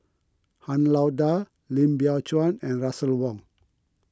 Han Lao Da Lim Biow Chuan and Russel Wong